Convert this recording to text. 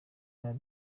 byaba